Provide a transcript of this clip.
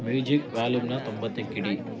music ವ್ಯಾಲ್ಯೂಮ್ನ ತೊಂಬತ್ತಕ್ಕಿಡಿ